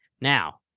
Now